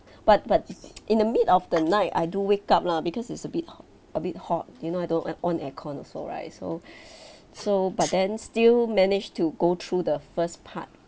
but but in the mid of the night I do wake up lah because it's a bit h~ a bit hot you know I don't on on aircon also right so so but then still managed to go through the first part